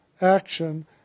action